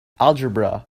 algebra